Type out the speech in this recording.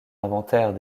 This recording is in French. inventaires